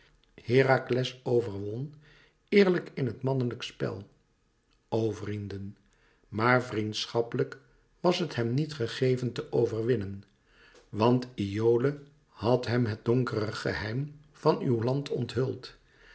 herakles overwon eerlijk in het mannelijk spel o vrienden maar vriendschappelijk was het hem niet gegeven te overwinnen want iole had hem het donkere geheim van uw land onthuld